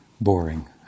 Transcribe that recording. boring